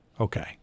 Okay